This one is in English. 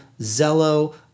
Zello